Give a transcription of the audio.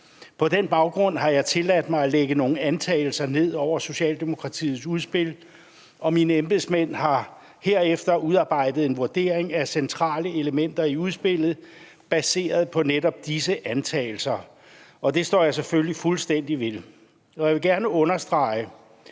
På den baggrund har jeg tilladt mig at lægge nogle antagelser ned over Socialdemokratiets udspil, og mine embedsmænd har herefter udarbejdet en vurdering af centrale elementer i udspillet baseret på netop disse antagelser, og det står jeg selvfølgelig fuldstændig ved. Jeg vil gerne understrege,